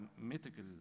mythical